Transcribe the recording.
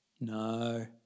no